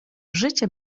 życie